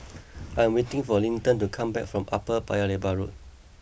I am waiting for Linton to come back from Upper Paya Lebar Road